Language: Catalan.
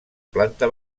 planta